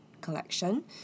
collection